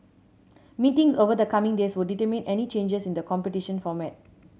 meetings over the coming days would determine any changes in the competition format